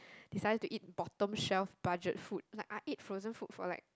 decided to eat bottom shelf budget food like I ate frozen food for like